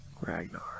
Ragnar